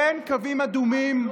אין קווים אדומים?